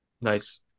Nice